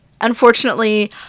Unfortunately